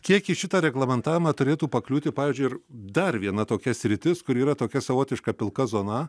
kiek į šitą reglamentavimą turėtų pakliūti pavyzdžiui ir dar viena tokia sritis kuri yra tokia savotiška pilka zona